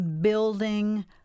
building